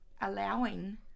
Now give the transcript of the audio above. Allowing